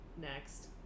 Next